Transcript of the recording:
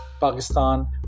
Pakistan